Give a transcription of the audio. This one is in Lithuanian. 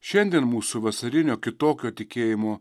šiandien mūsų vasarinio kitokio tikėjimo